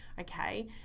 Okay